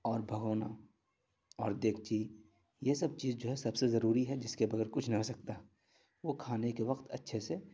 اور بھگونا اور دیگچی یہ سب چیز جو ہے سب سے ضروری ہے جس کے بغیر کچھ نہ ہو سکتا وہ کھانے کے وقت اچھے سے